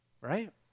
Right